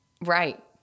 right